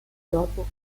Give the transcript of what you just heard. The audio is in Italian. dopo